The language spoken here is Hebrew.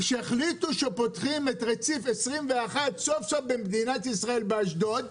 כשהחליטו שפותחים את רציף 21 סוף-סוף במדינת ישראל באשדוד,